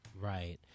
right